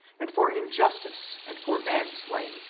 and for in justice, and for man-slaying,